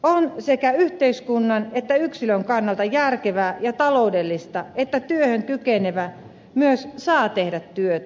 on sekä yhteiskunnan että yksilön kannalta järkevää ja taloudellista että työhön kykenevä myös saa tehdä työtä